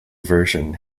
version